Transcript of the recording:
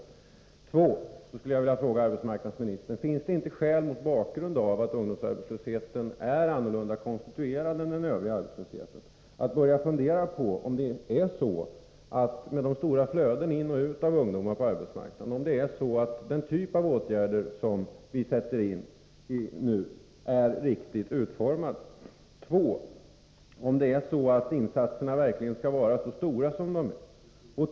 För det andra skulle jag vilja fråga arbetsmarknadsministern: Finns det inte skäl — mot bakgrund av att ungdomsarbetslösheten är annorlunda beskaffad än övrig arbetslöshet och mot bakgrund av de stora flödena av ungdomar in och ut på arbetsmarknaden — att börja fundera på om de . åtgärder som nu sätts in är riktigt utformade? Skall insatserna verkligen vara så stora som de är?